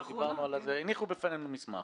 הניחו בפנינו מסמך